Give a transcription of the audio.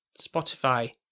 Spotify